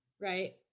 right